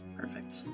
Perfect